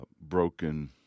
broken